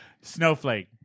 snowflake